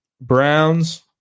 Browns